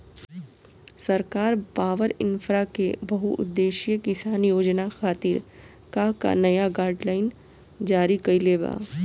सरकार पॉवरइन्फ्रा के बहुउद्देश्यीय किसान योजना खातिर का का नया गाइडलाइन जारी कइले बा?